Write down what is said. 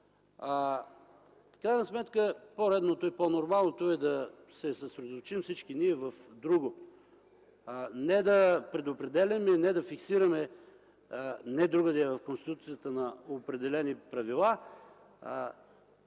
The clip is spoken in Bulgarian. крайна сметка, по-редното и по-нормалното е да се съсредоточим всички ние върху друго, не да предопределяме, не да фиксираме, не другаде, а в Конституцията определени правила.